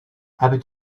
happy